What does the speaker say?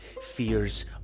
fears